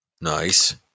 nice